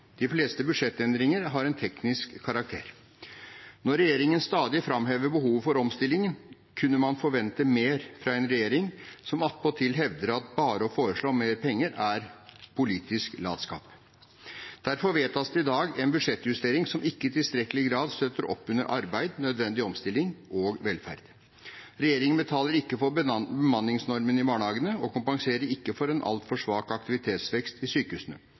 De fleste budsjettendringene har en teknisk karakter. Når regjeringen stadig framhever behovet for omstilling, kunne man forventet mer fra en regjering som attpåtil hevder at bare å foreslå mer penger er politisk latskap. Derfor vedtas det i dag en budsjettjustering som ikke i tilstrekkelig grad støtter opp under arbeid, nødvendig omstilling og velferd. Regjeringen betaler ikke for bemanningsnormen i barnehagene og kompenserer ikke for en altfor svak aktivitetsvekst i sykehusene,